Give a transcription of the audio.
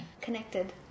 connected